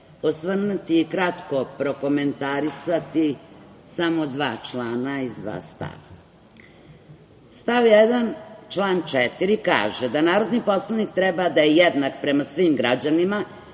osvrnuti i kratko prokomentarisati samo dva člana i dva stava. Stav 1. člana 4. kaže da narodni poslanik treba da je jednak prema svim građanima,